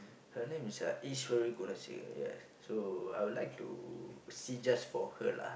her name is uh ya so I would like to see just for her lah